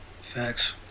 Facts